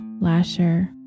Lasher